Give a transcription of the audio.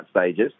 stages